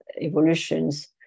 evolutions